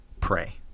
pray